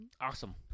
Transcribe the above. Awesome